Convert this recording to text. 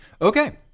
okay